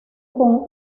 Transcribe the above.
con